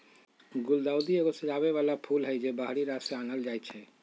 गुलदाऊदी एगो सजाबे बला फूल हई, जे बाहरी राज्य से आनल जाइ छै